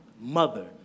mother